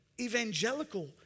evangelical